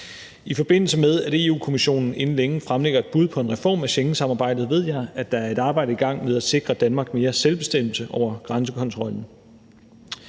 I forbindelse med at Europa-Kommissionen inden længe fremlægger et bud på en reform af Schengensamarbejdet, ved jeg, at der er et arbejde i gang med at sikre Danmark mere selvbestemmelse over grænsekontrollen.